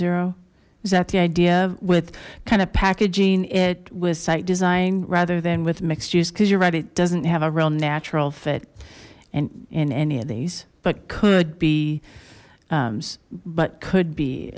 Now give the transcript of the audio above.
r is that the idea with kind of packaging it with site design rather than with mixed use because you're right it doesn't have a real natural fit and in any of these but could be but could be